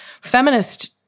feminist